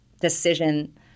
decision